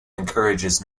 encourages